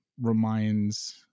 reminds